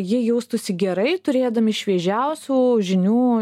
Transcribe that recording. jie jaustųsi gerai turėdami šviežiausių žinių